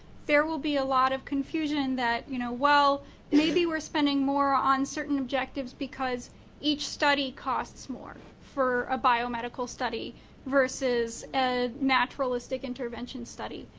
there will be a lot of confusion that you know well maybe we're spending more on certain objectives because each study costs more. for a biomedical study versus ah naturallic intervention studies.